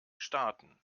starten